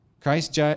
Christ